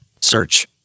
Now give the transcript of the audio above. Search